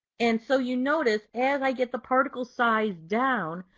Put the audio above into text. and so you notice, as i get the particle size down,